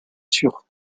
sûr